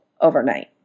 overnight